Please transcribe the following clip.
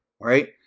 right